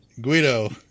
Guido